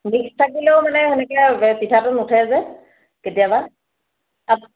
mix থাকিলেও মানে সেনেকৈ পিঠাটো নুঠে যে কেতিয়াবা আপ